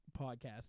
podcast